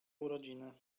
urodziny